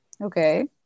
Okay